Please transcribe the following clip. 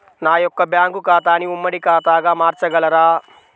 నా యొక్క బ్యాంకు ఖాతాని ఉమ్మడి ఖాతాగా మార్చగలరా?